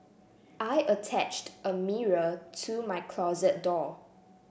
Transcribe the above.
I attached a mirror to my closet door